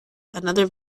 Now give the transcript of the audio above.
another